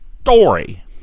story